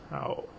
how